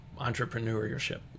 entrepreneurship